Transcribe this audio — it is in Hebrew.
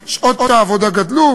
מספר שעות העבודה גדל,